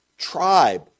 tribe